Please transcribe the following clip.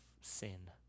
sin